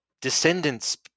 descendants